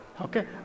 okay